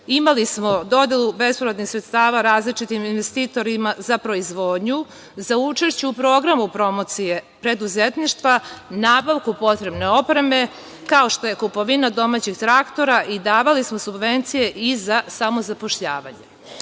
Imali smo dodelu bespovratnih sredstava različitim investitorima za proizvodnju, za učešće u programu promocije preduzetništva, nabavku potrebne opreme, kao što je kupovina domaćeg traktora i davali smo subvencije i za samozapošljavanje. Ove